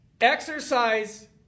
exercise